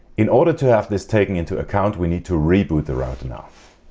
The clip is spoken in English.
in order to have this taken into account we need to reboot the router now.